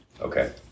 Okay